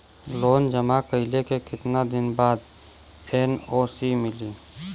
Loan जमा कइले के कितना दिन बाद एन.ओ.सी मिली?